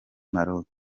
maroc